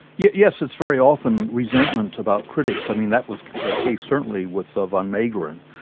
yeah yes, it's very often resentment about critics. i mean that was the case certainly with van meegeren.